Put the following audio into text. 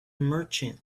merchant